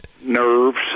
Nerves